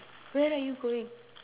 where are you going